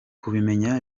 kubimenya